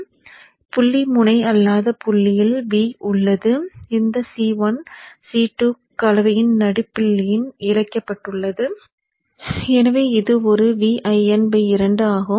எனவே புள்ளி முனை அல்லாத புள்ளியில் V உள்ளது இது C1 C2 கலவையின் நடுப்புள்ளியுடன் இணைக்கப்பட்டுள்ளது எனவே இது ஒரு Vin 2 ஆகும்